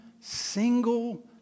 single